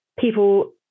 people